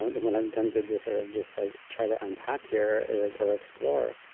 ah and what i'm tempted to sort of just, like, try to unpack here is or explore,